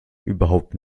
überhaupt